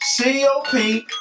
COP